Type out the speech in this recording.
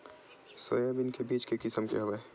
Soybean के बीज के किसम के हवय?